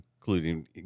including